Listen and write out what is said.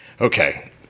Okay